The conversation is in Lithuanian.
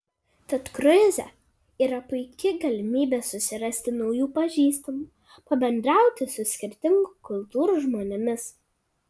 tad kruize yra puiki galimybė susirasti naujų pažįstamų pabendrauti su skirtingų kultūrų žmonėmis